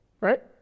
right